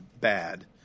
bad